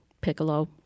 piccolo